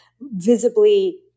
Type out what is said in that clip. visibly